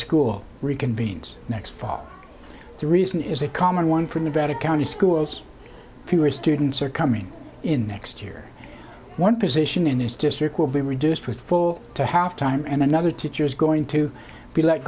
school reconvenes next fall the reason is a common one from nevada county schools fewer students are coming in next year one position in this district will be reduced with full to half time and another teacher is going to be let